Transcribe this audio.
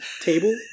table